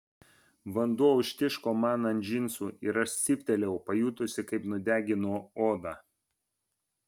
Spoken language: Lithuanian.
vanduo užtiško man ant džinsų ir aš cyptelėjau pajutusi kaip nudegino odą